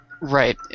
Right